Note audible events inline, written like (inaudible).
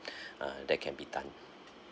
(breath) uh that can be done